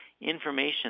information